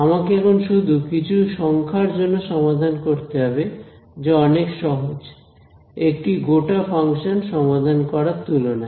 আমাকে এখন শুধু কিছু সংখ্যার জন্য সমাধান করতে হবে যা অনেক সহজ একটি গোটা ফাংশন সমাধান করার তুলনায়